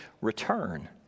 return